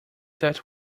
that